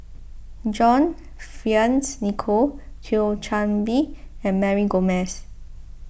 John Fearns Nicoll Thio Chan Bee and Mary Gomes